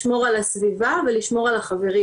לשמור על הסביבה ולשמור על החברים.